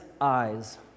eyes